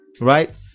right